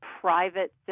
private